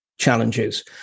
challenges